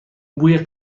بوی